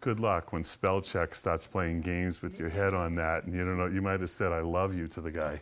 good luck when spell check starts playing games with your head on that and you know you might is that i love you to the guy